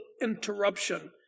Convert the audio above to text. interruption